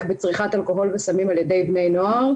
בצריכת אלכוהול וסמים על ידי בני נוער,